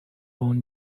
own